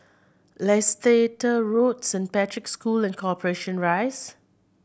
Leicester Road Saint Patrick's School and Corporation Rise